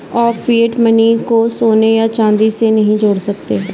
आप fiat money को सोने या चांदी से नहीं जोड़ सकते